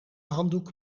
handdoek